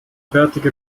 bärtige